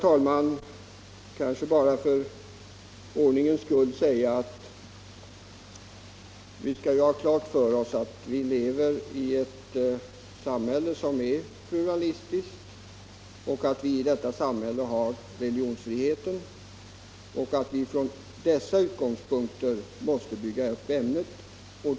Sedan vill jag, herr talman, för ordningens skull säga att vi bör ha klart för oss att vi lever i ett samhälle som är pluralistiskt, att vi i detta samhälle har religionsfrihet och att vi måste bygga upp undervisningen från dessa utgångspunkter.